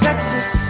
Texas